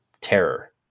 terror